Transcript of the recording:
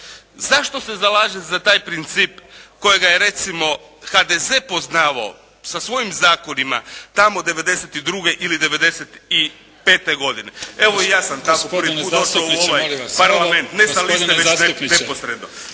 Zašto se zalažem za taj princip kojega je recimo HDZ poznavao sa svojim zakonima tamo 92. ili 95. godine. Evo, ja sam i tako prvi put došao u ovaj parlament, ne sa liste već neposredno.